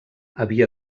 havia